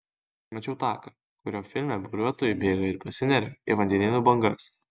mačiau taką kuriuo filme buriuotojai bėga ir pasineria į vandenyno bangas